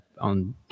on